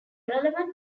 relevant